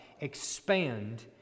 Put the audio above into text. expand